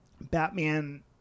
Batman